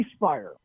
ceasefire